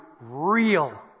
real